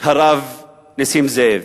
הרב נסים זאב,